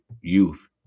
youth